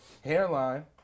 hairline